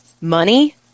money